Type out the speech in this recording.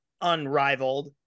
unrivaled